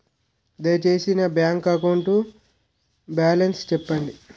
దయచేసి నా bank account balance చెప్పండి